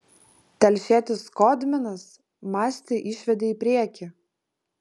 telšietis skodminas mastį išvedė į priekį